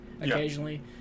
occasionally